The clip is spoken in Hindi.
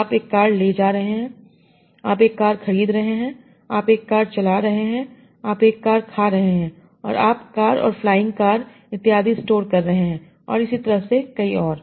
तो आप एक कार ले जा रहे हैं आप एक कार खरीद रहे हैं आप एक कार चला रहे हैं आप एक कार खा रहे हैं और आप कार और फ्लाइंग कार इत्यादि स्टोर कर रहे हैं और इसी तरह से कई और